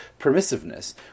permissiveness